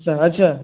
अच्छा अच्छा